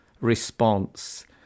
response